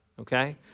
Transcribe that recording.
okay